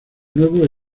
nuevo